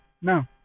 No